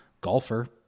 golfer